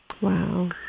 Wow